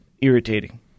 irritating